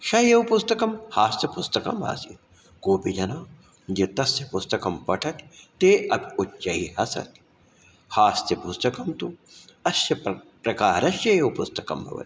सः एव पुस्तकं हास्यपुस्तकम् आसीत् कोऽपि जनः एतस्य पुस्तकं पठत् ते अपि उच्चैः हसन् हास्यपुस्तकं तु अस्य प्र प्रकारस्य एव पुस्तकं भवति